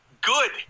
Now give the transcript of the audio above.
Good